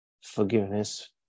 Forgiveness